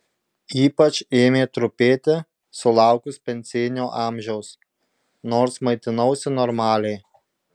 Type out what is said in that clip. ypač ėmė trupėti sulaukus pensinio amžiaus nors maitinausi normaliai